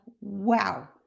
wow